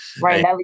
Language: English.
right